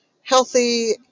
healthy